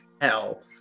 hell